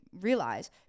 realize